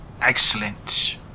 Excellent